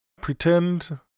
pretend